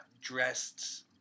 dressed